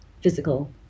physical